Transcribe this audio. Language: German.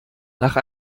nach